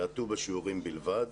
יעטו מסיכות בשיעורים בלבד